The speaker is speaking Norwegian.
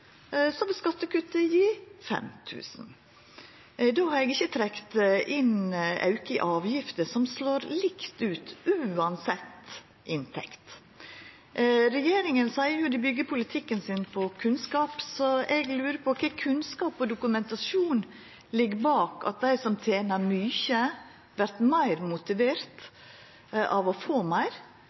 vil skattekuttet gje 5 000 kr. Då har eg ikkje trekt inn auke i avgifter, som slår likt ut uansett inntekt. Regjeringa seier at dei byggjer politikken sin på kunnskap. Då lurer eg på kva kunnskap og dokumentasjon som ligg bak at dei som tener mykje, vert meir motiverte av å få meir,